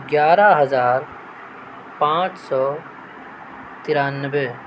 گیارہ ہزار پانچ سو ترانوے